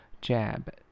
Jab